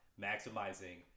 maximizing